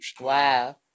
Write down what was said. Wow